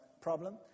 problem